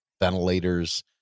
ventilators